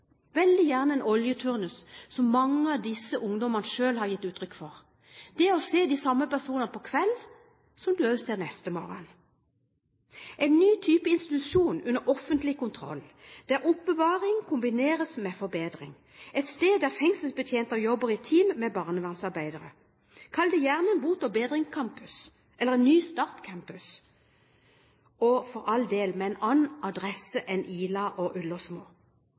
veldig gjerne som en oljeturnus, som mange av disse ungdommene selv har gitt uttrykk for, for å se de samme personene om kvelden som dem man også ser neste morgen. Det trengs en ny type institusjon under offentlig kontroll der oppbevaring kombineres med forbedring, et sted der fengselsbetjenter jobber i team med barnevernsarbeidere – kall det gjerne en bot og bedring-campus, eller en ny start-campus, men for all del med en annen adresse enn Ila og